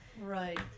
right